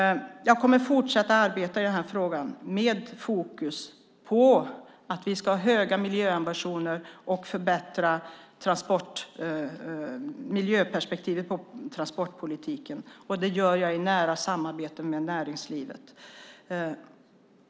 Jag kommer att fortsätta arbeta i denna fråga, med fokus på att vi ska ha höga miljöambitioner och förbättra miljöperspektivet på transportpolitiken. Det gör jag i nära samarbete med näringslivet.